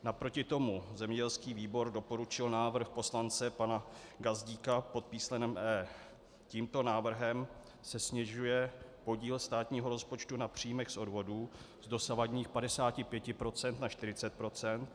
Naproti tomu zemědělský výbor doporučil návrh poslance pana Gazdíka pod písmenem E. Tímto návrhem se snižuje podíl státního rozpočtu na příjmech z odvodů z dosavadních 55 % na 40 %.